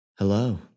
Hello